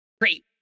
great